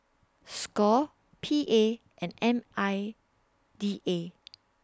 SCORE P A and M I D A